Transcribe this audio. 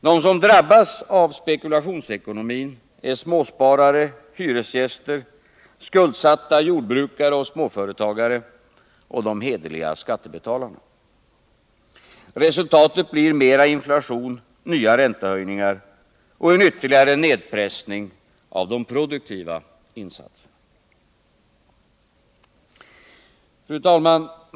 De som drabbas av spekulationsekonomin är småsparare, hyresgäster, skuldsatta jordbrukare och småföretagare — och de hederliga skattebetalarna. Resultatet blir mera inflation, nya räntehöjningar — och en ytterligare nedpressning av de produktiva insatserna. Fru talman!